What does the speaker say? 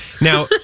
Now